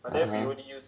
(uh huh)